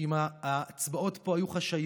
אם ההצבעות פה היו חשאיות